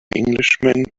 englishman